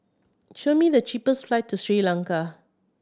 show me the cheapest flight to Sri Lanka